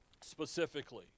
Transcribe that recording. specifically